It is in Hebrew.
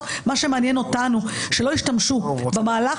מה שמעניין אותנו זה שלא ישתמשו במהלך